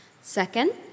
Second